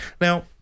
Now